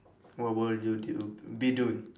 what would you do be doing